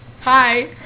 Hi